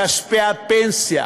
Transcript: כספי הפנסיה,